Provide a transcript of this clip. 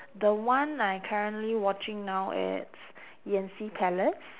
the one I'm currently watching now it's yan xi palace